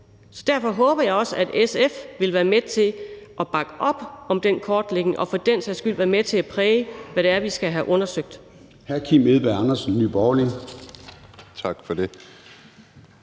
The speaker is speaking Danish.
Så derfor håber jeg også, at SF vil være med til at bakke op om den kortlægning og for den sags skyld være med til at præge, hvad det er, vi skal have undersøgt.